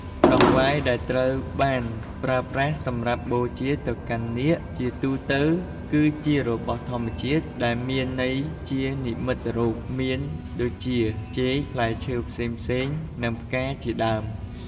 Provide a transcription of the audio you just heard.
តង្វាយដែលត្រូវបានប្រើប្រាស់សម្រាប់បូជាទៅកាន់នាគ ជាទូទៅគឺជារបស់ធម្មជាតិ និងមានន័យជានិមិត្តរូប មានដូចជា ចេក ផ្លែឈើផ្សេងៗ និង ផ្កា ជាដើម។